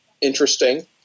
interesting